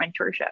mentorship